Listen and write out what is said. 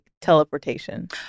teleportation